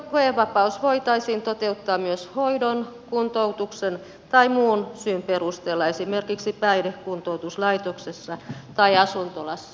koevapaus voitaisiin toteuttaa myös hoidon kuntoutuksen tai muun syyn perusteella esimerkiksi päihdekuntoutuslaitoksessa tai asuntolassa